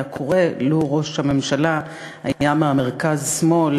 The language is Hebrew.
קורה לו ראש הממשלה היה מהמרכז-שמאל,